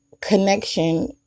connection